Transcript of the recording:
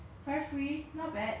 we never try the